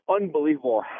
unbelievable